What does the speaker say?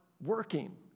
working